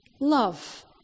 love